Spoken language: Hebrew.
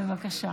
בבקשה,